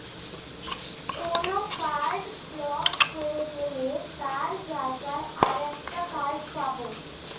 কোন card block হয়ে গেলে তার জায়গায় আর একটা কার্ড পাবো